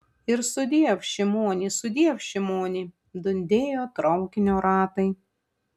ir sudiev šimoni sudiev šimoni dundėjo traukinio ratai